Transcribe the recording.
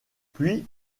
puis